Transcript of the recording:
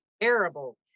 terrible